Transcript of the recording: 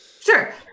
Sure